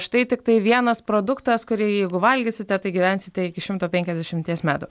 štai tiktai vienas produktas kurį jeigu valgysite tai gyvensite iki šimto penkiasdešimties metų